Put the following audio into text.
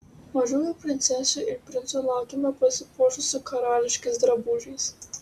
mažųjų princesių ir princų laukiame pasipuošusių karališkais drabužiais